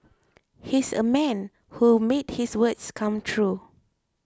he's a man who made his words come true